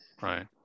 Right